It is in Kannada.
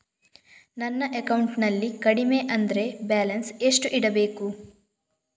ನನ್ನ ಅಕೌಂಟಿನಲ್ಲಿ ಕಡಿಮೆ ಅಂದ್ರೆ ಬ್ಯಾಲೆನ್ಸ್ ಎಷ್ಟು ಇಡಬೇಕು?